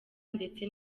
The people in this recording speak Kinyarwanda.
ndetse